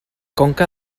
conca